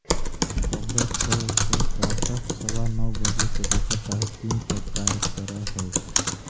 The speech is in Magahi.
बॉम्बे स्टॉक एक्सचेंज प्रातः सवा नौ बजे से दोपहर साढ़े तीन तक कार्य करऽ हइ